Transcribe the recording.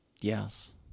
Yes